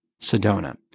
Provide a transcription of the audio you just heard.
Sedona